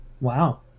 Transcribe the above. Wow